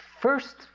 first